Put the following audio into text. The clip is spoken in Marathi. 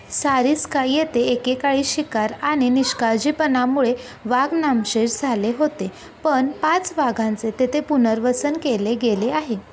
सारिस्का येथे एकेकाळी शिकार आणि निष्काळजीपणामुळे वाघ नामशेष झाले होते पण पाच वाघांचे तेथे पुनर्वसन केले गेले आहे